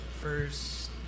First